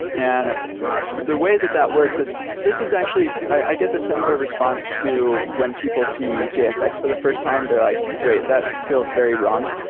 and the way that that works is this is actually i get the similar response too when people see gsx for the first time. they're like, wait, that feels very wrong.